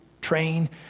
train